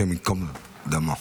השם ייקום דמו.